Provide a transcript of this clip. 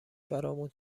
برامون